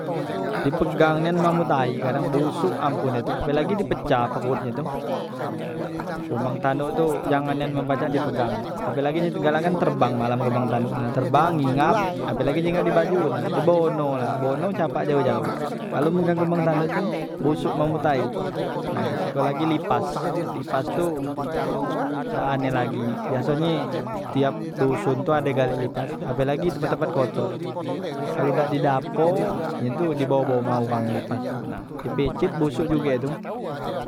Di pegang nian mambo tai kadang bosok ampun he tu apelagi di pecah pehut he tu kumang tanduk tu jangan nian men pacak di pegang apelagi ye kan galak terbang malam kumang tanduk terbang ngingap apelagi hingap di baju nah di bonoh lah bonoh capak jaoh- jaoh kalu megang kumang tanduk tu bosok mambo tai nah sikok lagi lipas. lipas tu dak ane lagi biasonye tiap duson tu ade gale lipas apelagi tempat tempat kotor kalu dak di dapo ye tu di bawa bawa umah wang lipas tu, nah dipicet busuk juge he tu.